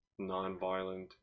nonviolent